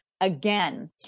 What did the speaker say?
again